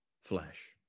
flesh